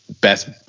best –